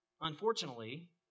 unfortunately